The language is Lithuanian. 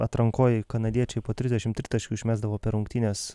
atrankoj kanadiečiai po trisdešimt tritaškių išmesdavo per rungtynes